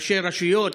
ראשי רשויות,